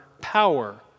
power